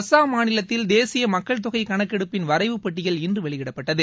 அஸ்ஸாம் மாநிலத்தில் தேசிய மக்கள் தொகை கணக்கெடுப்பின் வரைவு பட்டியல் இன்று வெளியிடப்பட்டது